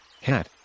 hat